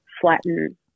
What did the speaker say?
flatten